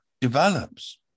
develops